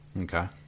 Okay